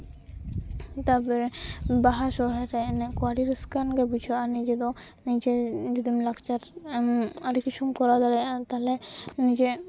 ᱛᱟᱯᱚᱨᱮ ᱵᱟᱦᱟ ᱥᱚᱨᱦᱟᱭ ᱨᱮ ᱮᱱᱮᱡ ᱠᱚ ᱟᱹᱰᱤ ᱨᱟᱹᱥᱠᱟᱹ ᱟᱱᱜᱮ ᱵᱩᱡᱷᱟᱹᱜᱼᱟ ᱱᱤᱡᱮ ᱫᱚ ᱱᱤᱡᱮ ᱡᱩᱫᱤᱢ ᱞᱟᱠᱪᱟᱨ ᱟᱹᱰᱤ ᱠᱤᱪᱷᱩᱢ ᱠᱚᱨᱟᱣ ᱫᱟᱲᱮᱭᱟᱜᱼᱟ ᱛᱟᱦᱚᱞᱮ ᱡᱮ